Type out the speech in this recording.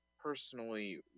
personally